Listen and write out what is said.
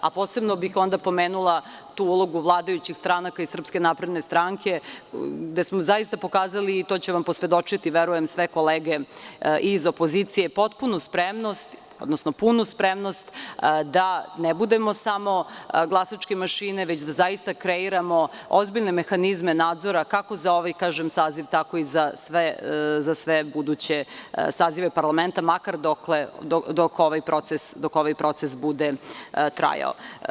Posebno bih tu pomenula ulogu vladajućih stranaka i SNS, gde smo zaista pokazali, i to će vam posvedočiti sve kolege iz opozicije, potpunu spremnost odnosno punu spremnost da ne budemo samo glasačke mašine već da zaista kreiramo ozbiljne mehanizme nadzora, kako za ovaj saziv tako i za sve buduće sazive parlamenta, makar dok ovaj proces bude trajao.